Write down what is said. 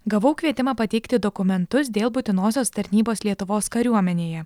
gavau kvietimą pateikti dokumentus dėl būtinosios tarnybos lietuvos kariuomenėje